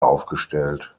aufgestellt